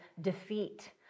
defeat